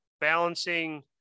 balancing